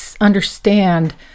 understand